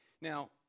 Now